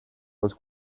was